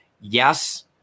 yes